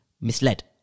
Misled